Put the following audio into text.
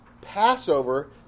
Passover